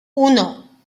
uno